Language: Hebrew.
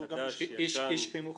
איש חינוך,